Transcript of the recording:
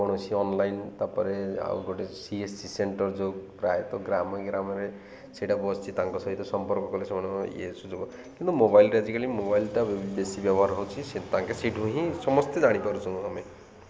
କୌଣସି ଅନଲାଇନ୍ ତାପରେ ଆଉ ଗୋଟେ ସି ଏସ ସି ସେଣ୍ଟର ଯୋଉ ପ୍ରାୟତଃ ଗ୍ରାମ ଗ୍ରାମରେ ସେଇଟା ବସିଛି ତାଙ୍କ ସହିତ ସମ୍ପର୍କ କଲେ ସେମାନେ ଇଏ ସୁଯୋଗ କିନ୍ତୁ ମୋବାଇଲରେ ଆଜିକାଲି ମୋବାଇଲଟା ବେଶୀ ବ୍ୟବହାର ହେଉଛି ତାଙ୍କ ସେଇଠୁ ହିଁ ସମସ୍ତେ ଜାଣିପାରୁଛୁ ଆମେ